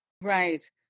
Right